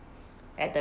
at the